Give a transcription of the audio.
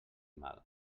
mal